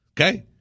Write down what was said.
Okay